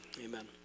amen